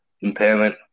impairment